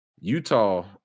utah